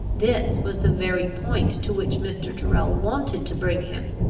this was the very point to which mr. tyrrel wanted to bring him,